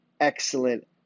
excellent